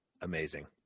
Amazing